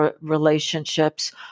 relationships